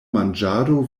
manĝado